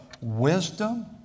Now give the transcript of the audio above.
wisdom